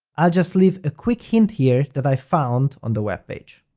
i'll just leave a quick hint here that i found on the webpage.